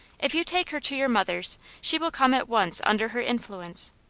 if you take her to your mother's she will come at once under her influence,